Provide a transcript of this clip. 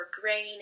grain